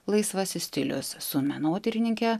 laisvasis stilius su menotyrininke